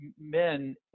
men